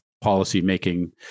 policy-making